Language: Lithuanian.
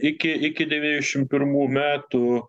iki iki devyniasdešimt pirmų metų